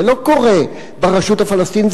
זה לא קורה ברשות הפלסטינית,